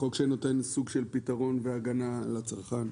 חוק שנותן סוג של פתרון והגנה על הצרכן.